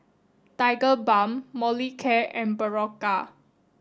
Tigerbalm Molicare and Berocca